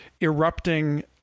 erupting